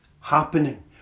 happening